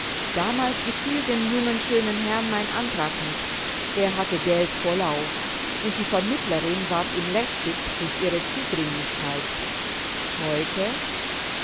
damals gefiel dem schönen jungen herrn mein antrag nicht er hatte geld vollauf und die vermittlerin ward ihm lästig durch ihre zudringlichkeit heute